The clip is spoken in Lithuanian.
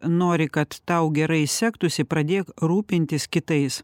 nori kad tau gerai sektųsi pradėk rūpintis kitais